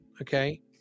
okay